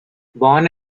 born